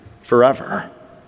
forever